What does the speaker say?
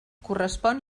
correspon